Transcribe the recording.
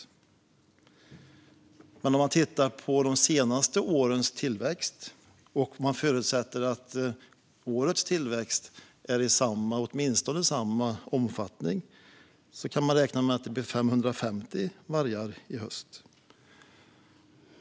Om man i stället tittar på de senaste årens tillväxt och förutsätter att årets tillväxt är i åtminstone samma omfattning kan man räkna med att det finns 550 vargar i höst.